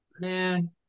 man